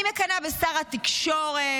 אני מקנאה בשר התקשורת,